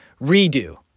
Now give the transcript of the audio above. redo